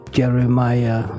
jeremiah